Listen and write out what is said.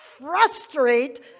frustrate